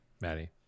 Maddie